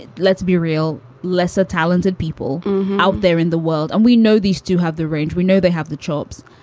and let's be real less talented people out there in the world. and we know these two have the range. we know they have the chops.